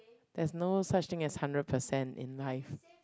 there's no such thing as hundred percent in life